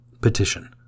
Petition